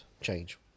change